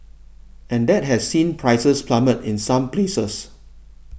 and that has seen prices plummet in some places